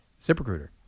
ZipRecruiter